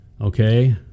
okay